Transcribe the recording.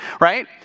right